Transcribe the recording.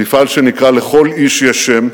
המפעל שנקרא "לכל איש יש שם".